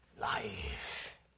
life